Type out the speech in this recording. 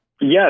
Yes